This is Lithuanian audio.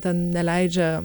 ten neleidžia